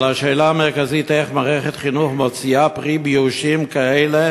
אבל השאלה המרכזית: איך מערכת החינוך מוציאה פירות באושים כאלה